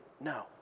no